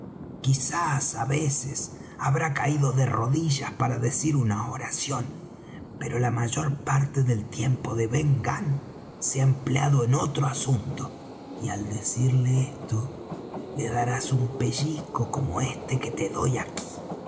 quizás á veces habrá caído de rodillas para decir una oración pero la mayor parte del tiempo de ben gunn se ha empleado en otro asunto y al decirle esto le darás un pellizco como este que te doy aquí